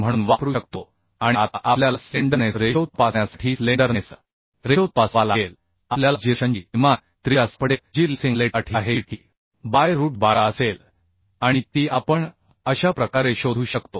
म्हणून वापरू शकतो आणि आता आपल्याला स्लेंडरनेस रेशो तपासण्यासाठी स्लेंडरनेस रेशो तपासावा लागेल आपल्याला जिरेशनची किमान त्रिज्या सापडेल जी लेसिंग प्लेटसाठी आहे जी t बाय रूट 12 असेल आणि ती आपण अशा प्रकारे शोधू शकतो